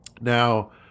Now